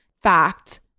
fact